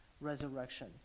resurrection